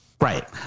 Right